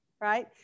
right